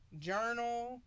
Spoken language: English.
journal